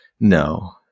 No